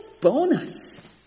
bonus